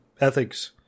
ethics